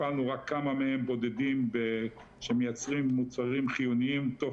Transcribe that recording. הפעלנו רק כמה מהם בודדים שמייצרים מוצרים חיוניים תוך